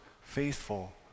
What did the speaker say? faithful